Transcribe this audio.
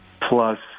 plus